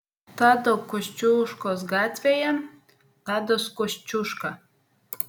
tado kosciuškos gatvėje tadas kosciuška